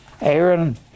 Aaron